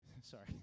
Sorry